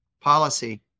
policy